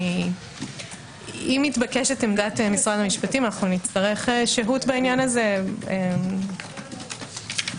נצטרך שהות בעניין הזה לעמדתנו.